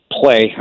play